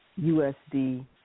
USD